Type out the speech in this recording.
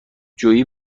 جویی